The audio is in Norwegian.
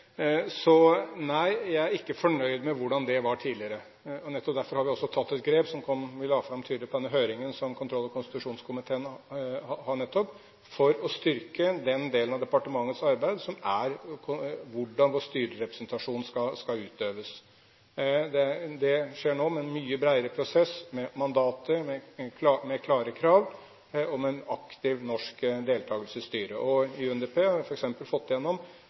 var tidligere. Nettopp derfor har vi tatt et grep – som vi la fram tydelig på denne høringen som kontroll- og konstitusjonskomiteen nylig hadde – for å styrke den delen av departementets arbeid som går på hvordan vår styrerepresentasjon skal utøves. Det skjer nå med en mye bredere prosess med mandatet, med klare krav om en aktiv norsk deltakelse i styret. Og UNDP har f.eks. fått